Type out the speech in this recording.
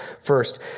First